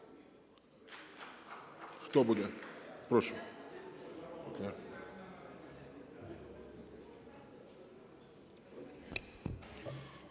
Хто буде? Прошу.